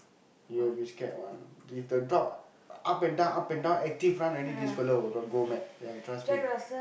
you will be scared one if the dog up and down up and down active run already this fellow will the go mad ya trust me